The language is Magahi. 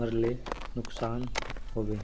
मरले नुकसान होबे?